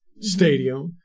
Stadium